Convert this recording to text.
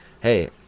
hey